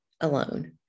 alone